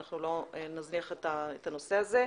אנחנו לא נזניח את הנושא הזה.